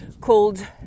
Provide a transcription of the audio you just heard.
called